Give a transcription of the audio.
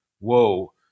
woe